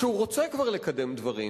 כשהוא רוצה כבר לקדם דברים,